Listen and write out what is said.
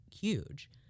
huge